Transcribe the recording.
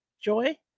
Joy